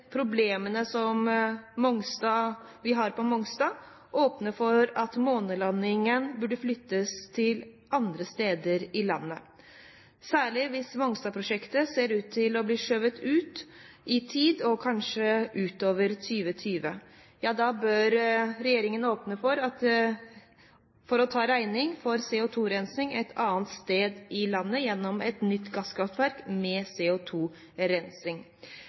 problemene som vi har på Mongstad, åpner for at månelandingen bør flyttes til andre steder i landet. Særlig hvis Mongstad-prosjektet ser ut til å bli skjøvet ut i tid, kanskje utover 2020, bør regjeringen åpne for å ta regningen for CO2-rensing et annet sted i landet gjennom et nytt gasskraftverk med